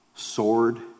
sword